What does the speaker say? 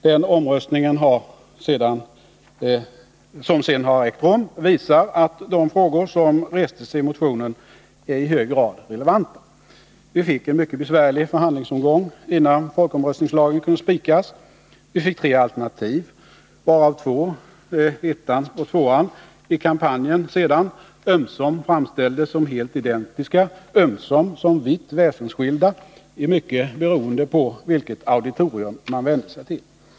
Den omröstning som sedan ägt rum visar att de frågor som restes i motionen är i hög grad relevanta. Vi fick mycket besvärliga förhandlingsomgångar innan folkomröstningslagen kunde spikas. Vi fick tre alternativ, varav två — ettan och tvåan — i kampanjen framställdes ömsom som helt identiska, ömsom som vitt väsensskilda, i mycket beroende på vilket auditorium man vände sig till.